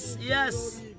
yes